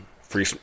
free